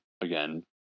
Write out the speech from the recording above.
again